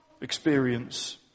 experience